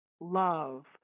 love